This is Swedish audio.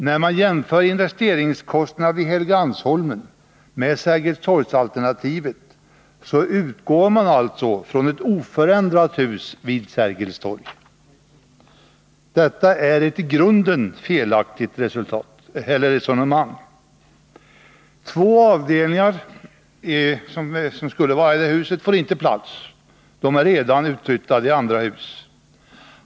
När man jämför investeringskostnaderna vid Helgeandsholmen med Sergels torgs-alternativet, utgår man alltså från ett oförändrat hus vid Sergels torg. Detta är ett i grunden felaktigt resonemang. Två avdelningar som skulle vara i det här huset får inte plats. De är redan utflyttade till andra hus.